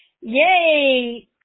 yay